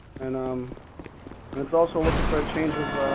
and um and it's also looking for a change of